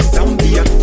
Zambia